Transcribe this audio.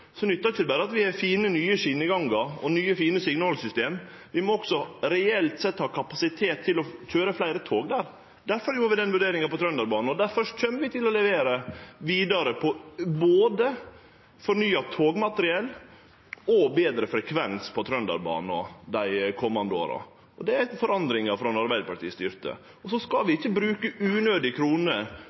nyttar det ikkje berre å ha fine, nye skjenegangar og nye, fine signalsystem – vi må også reelt sett ha kapasitet til å køyre fleire tog der. Difor gjorde vi den vurderinga på Trønderbanen, og difor kjem vi til å levere vidare på både fornya togmateriell og betre frekvens på Trønderbanen dei komande åra. Det er forandringa frå då Arbeidarpartiet styrte. Så skal vi ikkje bruke unødige kroner